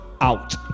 out